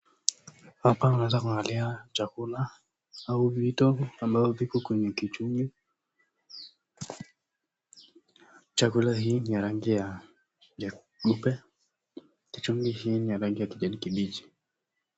Hapa unaeza kuangalia chakula au vito ambavyo viko kwenye kichungi. Chakula hii ni ya rangi ya nyeupe. Kichungi hii ni ya rangi ya kijani kibichi.